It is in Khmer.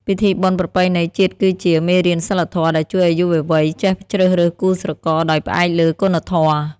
ពិធីបុណ្យប្រពៃណីជាតិគឺជា "មេរៀនសីលធម៌" ដែលជួយឱ្យយុវវ័យចេះជ្រើសរើសគូស្រករដោយផ្អែកលើគុណធម៌។